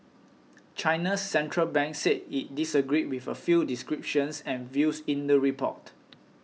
China's Central Bank said it disagreed with a few descriptions and views in the report